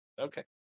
Okay